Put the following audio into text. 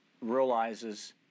realizes